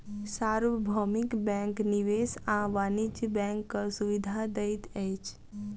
सार्वभौमिक बैंक निवेश आ वाणिज्य बैंकक सुविधा दैत अछि